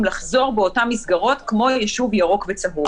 לחזור באותן מסגרות כמו יישוב ירוק וצהוב.